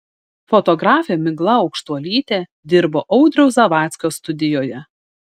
fotografė migla aukštuolytė dirbo audriaus zavadskio studijoje